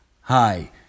Hi